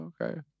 okay